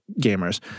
gamers